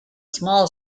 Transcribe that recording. small